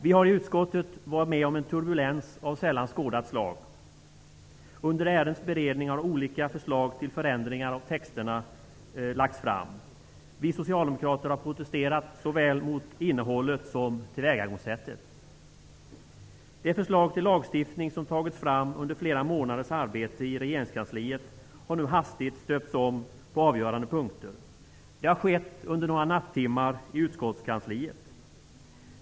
Vi har i utskottet varit med om en turbulens av sällan skådat slag. Under ärendets beredning har olika förslag till förändringar av texterna lagts fram. Vi socialdemokrater har protesterat mot såväl innehåll som tillvägagångssätt. Det förslag till lagstiftning som tagits fram under flera månaders arbete i regeringskansliet har nu hastigt stöpts om på avgörande punkter. Det har skett under några nattimmar i utskottskansliet.